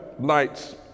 Lights